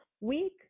week